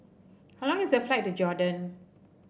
how long is the flight to Jordan